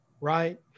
right